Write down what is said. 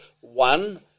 One